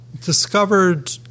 discovered